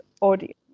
audience